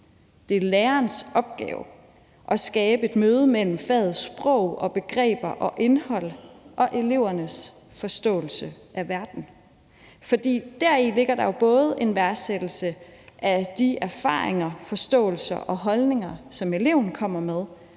Det er lærerens opgave at skabe et møde mellem fagets sprog, begreber og indhold og elevernes forståelse af verden, for deri ligger der jo både en værdsættelse af de erfaringer, forståelser og holdninger, som eleven kommer med,